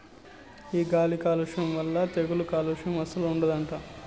ఈ గాలి మొక్కల వల్ల తెగుళ్ళు కాలుస్యం అస్సలు ఉండదట